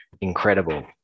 incredible